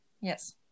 yes